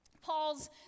Paul's